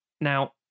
Now